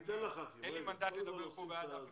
אין לי מנדט לדבר בשם מישהו אחר.